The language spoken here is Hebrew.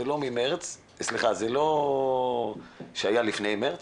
זה לא מה שהיה לפני מארס,